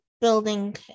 building